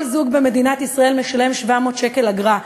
כל זוג במדינת ישראל משלם 700 שקל אגרה.